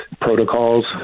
protocols